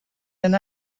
and